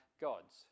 God's